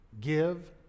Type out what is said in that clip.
give